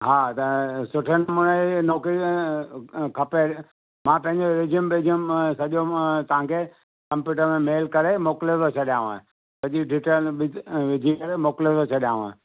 हा त सुठे नमूने नौकिरी अन खपे मां पंहिंजो रिज्यूम विज्यूम सॼो तव्हांखे कंप्यूटर में मेल करे मोकिले थो छॾियांव सॼी डिटेल विझ विझी करे मोकिले थो छॾियांव